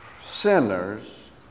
sinners